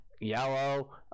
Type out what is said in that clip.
yellow